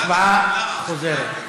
הצבעה חוזרת.